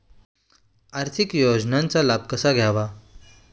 आर्थिक योजनांचा लाभ कसा घ्यावा?